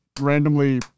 randomly